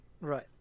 Right